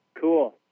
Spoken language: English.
Cool